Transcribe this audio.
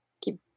keep